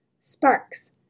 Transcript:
sparks